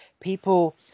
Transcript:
people